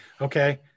Okay